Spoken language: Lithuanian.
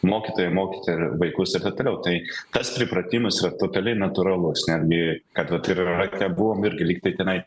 mokytojai mokyti ir vaikus ir taip toliau tai tas pripratimas vat totaliai natūralus netgi kad vat ir irake buvom irgi lygtai tenai